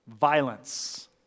Violence